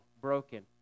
broken